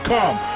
Come